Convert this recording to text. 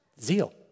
zeal